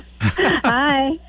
Hi